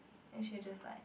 then she'll just like